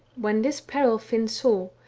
when this peril finn saw,